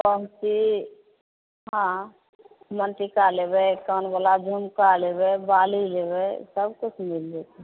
अङ्गुठी आओर मन्टिका लेबै कान बला झुमका लेबै बाली लेबै सभकिछु मिल जेतै